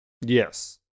Yes